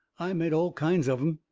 i met all kinds of em,